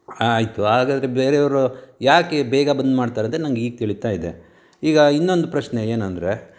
ಆಯಿತು ಹಾಗಾದರೆ ಬೇರೆಯವರು ಯಾಕೆ ಬೇಗ ಬಂದ್ ಮಾಡ್ತಾರಂತ ನಂಗೆ ಈಗ ತಿಳೀತಾ ಇದೆ ಈಗ ಇನ್ನೊಂದು ಪ್ರಶ್ನೆ ಏನಂದರೆ